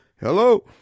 Hello